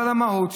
אבל המהות,